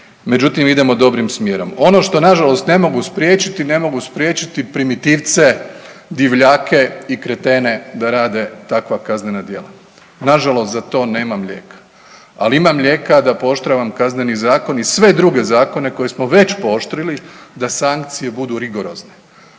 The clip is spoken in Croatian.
međutim idemo dobrim smjerom. Ono što nažalost ne mogu spriječiti, ne mogu spriječiti primitivce, divljake i kretene da rade takva kaznena djela. Nažalost za to nemam lijeka, ali imam lijeka da pooštravam Kazneni zakon i sve druge zakone koje smo već pooštrili da sankcije budu rigorozne,